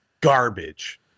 Garbage